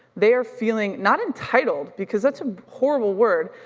they are feeling, not entitled, because that's a horrible word,